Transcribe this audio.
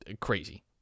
crazy